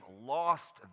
lost